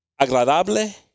agradable